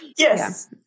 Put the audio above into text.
Yes